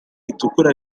ritukura